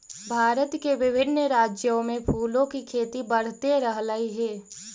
भारत के विभिन्न राज्यों में फूलों की खेती बढ़ते रहलइ हे